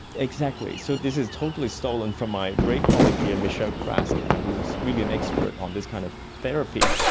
exactly. so this is totally stolen from my great colleague here, michelle craske, who is really an expert on this kind of therapy,